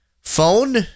phone